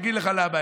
אני אגיד לך למה,